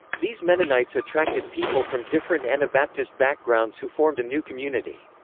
these mennonites attracted people from different anabaptist backgrounds who formed a new community.